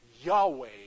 Yahweh